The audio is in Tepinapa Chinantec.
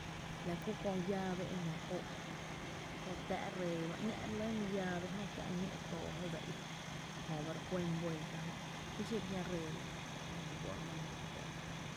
La kú köö llave e nⱥ óo’ kö tⱥⱥ’ ree ba lɇ my llave jö e la re lí fó’ e re í ñó’ too jé dse í jö ba re kuén vuelta kí xiro a jia’ ree lɇ a jia’ re lí fó’ re nán oo’ jö.